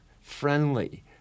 friendly